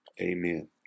Amen